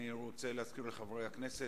אני רוצה להזכיר לחברי הכנסת,